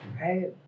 Right